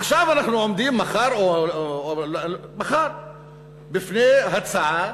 עכשיו אנחנו עומדים, מחר, בפני הצעה